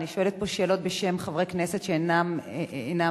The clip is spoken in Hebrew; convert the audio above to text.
אני שואלת פה שאלות בשם חברי כנסת שאינם כאן.